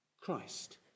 Christ